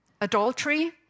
Adultery